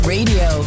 Radio